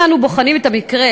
אם אנו בוחנים את המקרה,